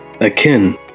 akin